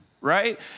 Right